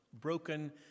broken